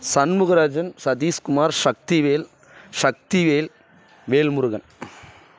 Shanmugarajan Sathishkumar Shakthivel Shakthivel Velmurugan